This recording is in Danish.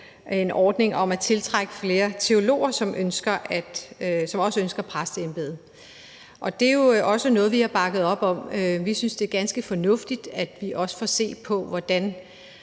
en ordning om at tiltrække flere teologer, som også ønsker et præsteembede. Det er jo også noget, som vi har bakket op om. Vi synes, det er ganske fornuftigt, at vi også skal se på, hvordan